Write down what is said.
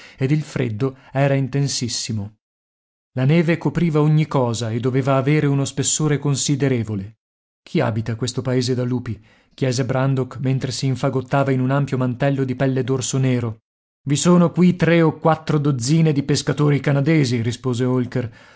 ed il freddo era intensissimo la neve copriva ogni cosa e doveva avere uno spessore considerevole chi abita questo paese da lupi chiese brandok mentre si infagottava in un ampio mantello di pelle d'orso nero i sono qui tre o quattro dozzine di pescatori canadesi rispose holker